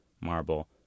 marble